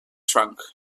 trunk